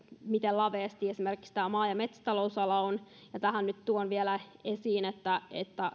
laveasti esimerkiksi maa ja metsätalousala on mukana ja tähän nyt tuon vielä esiin että